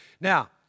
Now